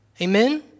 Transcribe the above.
Amen